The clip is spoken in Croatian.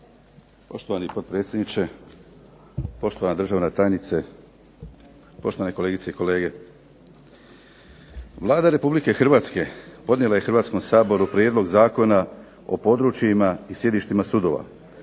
Poštovani potpredsjedniče, poštovana državna tajniče, poštovana kolegice i kolege. Vlada Republike Hrvatske podnijela je Hrvatskom saboru prijedlog Zakona o područjima i sjedištima sudova.